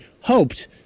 hoped